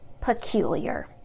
peculiar